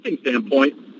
standpoint